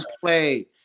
Play